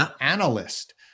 analyst